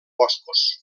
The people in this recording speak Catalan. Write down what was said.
boscos